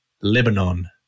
Lebanon